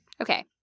okay